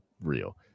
real